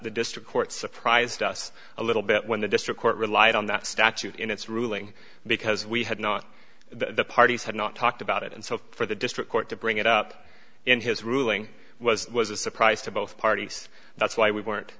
the district court surprised us a little bit when the district court relied on that statute in its ruling because we had not the parties had not talked about it and so for the district court to bring it up in his ruling was was a surprise to both parties that's why we weren't